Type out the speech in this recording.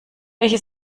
welche